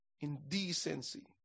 Indecency